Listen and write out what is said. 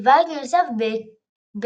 ובית נוסף בקמרון,